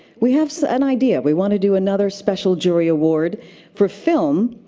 we have so an idea. we want to do another special jury award for film,